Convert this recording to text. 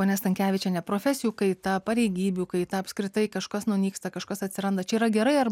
ponia stankevičienė profesijų kaita pareigybių kaita apskritai kažkas nunyksta kažkas atsiranda čia yra gerai ar